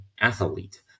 athlete